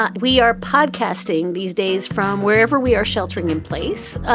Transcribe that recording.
ah we are podcasting these days from wherever we are sheltering in place,